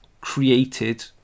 created